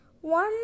one